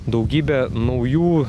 daugybė naujų